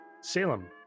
Salem